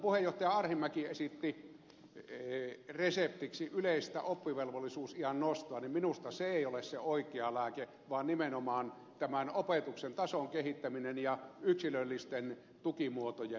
kun puheenjohtaja arhinmäki esitti reseptiksi yleistä oppivelvollisuusiän nostoa niin minusta se ei ole se oikea lääke vaan nimenomaan opetuksen tason kehittäminen ja yksilöllisten tukimuotojen parantaminen